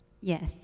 Yes